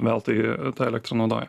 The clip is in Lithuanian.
veltui tą elektrą naudoja